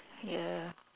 ya